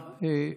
סליחה,